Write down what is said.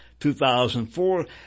2004